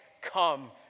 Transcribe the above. come